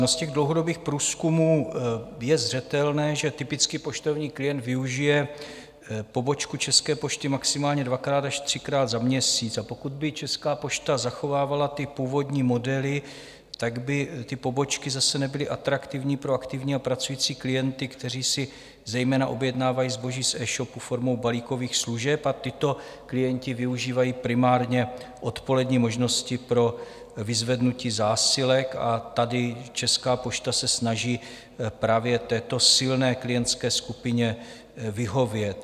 No, z těch dlouhodobých průzkumů je zřetelné, že typický poštovní klient využije pobočku České pošty maximálně dvakrát až třikrát za měsíc, a pokud by Česká pošta zachovávala původní modely, tak by ty pobočky zase nebyly atraktivní pro aktivní a pracující klienty, kteří si zejména objednávají zboží z eshopu formou balíkových služeb, a tito klienti využívají primárně odpolední možnosti pro vyzvednutí zásilek, a tady Česká pošta se snaží právě této silné klientské skupině vyhovět.